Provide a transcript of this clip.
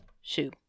shoe